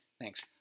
Thanks